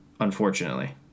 unfortunately